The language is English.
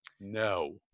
No